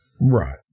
Right